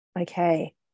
Okay